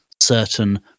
certain